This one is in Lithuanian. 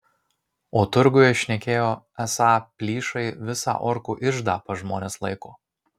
o turguje šnekėjo esą plyšai visą orkų iždą pas žmones laiko